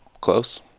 close